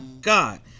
God